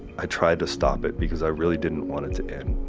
i tried to stop it because i really didn't want it to end.